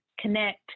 connect